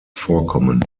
vorkommen